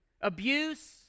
abuse